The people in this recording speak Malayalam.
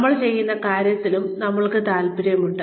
നമ്മൾ ചെയ്യുന്ന കാര്യങ്ങളിലും നമ്മൾക്ക് താൽപ്പര്യമുണ്ട്